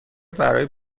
برای